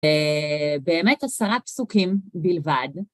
באמת עשרה פסוקים בלבד.